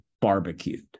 barbecued